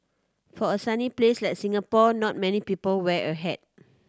for a sunny place like Singapore not many people wear a hat